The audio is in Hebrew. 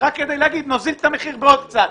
רק כדי לומר שנוזיל את המחיר בעוד קצת.